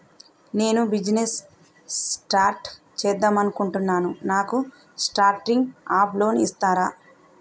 నేను business start చేద్దామనుకుంటున్నాను నాకు స్టార్టింగ్ అప్ లోన్ ఇస్తారా?